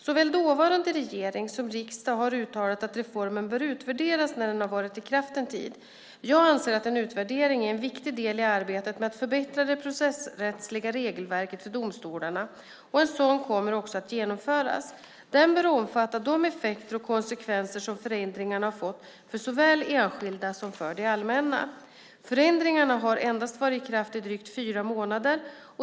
Såväl dåvarande regering som riksdag har uttalat att reformen bör utvärderas när den har varit i kraft en tid. Jag anser att en utvärdering är en viktig del i arbetet med att förbättra det processrättsliga regelverket för domstolarna, och en sådan kommer också att genomföras. Den bör omfatta de effekter och konsekvenser som förändringarna har fått såväl för enskilda som för det allmänna. Förändringarna har varit i kraft i endast drygt fyra månader.